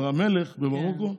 המלך במרוקו,